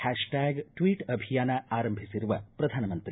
hash tag tweet ಅಭಿಯಾನ ಆರಂಭಿಸಿರುವ ಪ್ರಧಾನಮಂತ್ರಿ